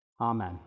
Amen